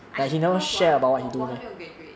I think cause 我我我还没有 graduate